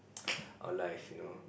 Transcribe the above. our life you know